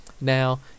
Now